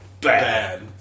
bad